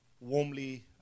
warmly